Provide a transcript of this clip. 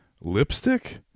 Lipstick